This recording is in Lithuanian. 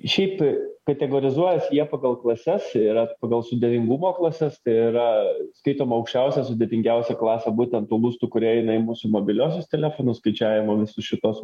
šiaip kategorizuojas jie pagal klases yra pagal sudėtingumo klases tai yra skaitoma aukščiausia sudėtingiausia klasė būtent tų lustų kurie eina į mūsų mobiliuosius telefonus skaičiavimo visus šituos